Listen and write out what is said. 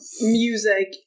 music